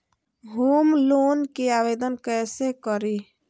Home loan के आवेदन कैसे करि?